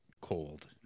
cold